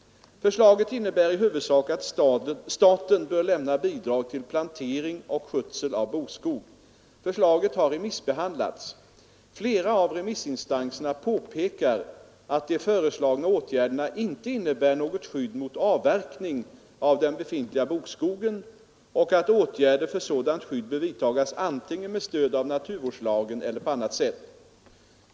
Förslaget innebär i huvudsak att staten bör lämna bidrag till plantering och skötsel av bokskog. Förslaget har remissbehandlats. Flera av remissinstanserna påpekar att de föreslagna åtgärderna inte innebär något skydd mot avverkning av den befintliga bokskogen och att åtgärder för sådant skydd bör vidtagas antingen med stöd av naturvårdslagen eller på annat sätt.